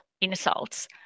insults